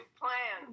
plan